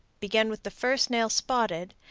begin with the first nail spotted,